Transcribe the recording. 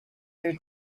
their